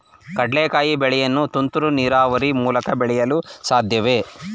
ಕಡ್ಲೆಕಾಯಿ ಬೆಳೆಯನ್ನು ತುಂತುರು ನೀರಾವರಿ ಮೂಲಕ ಬೆಳೆಯಲು ಸಾಧ್ಯವೇ?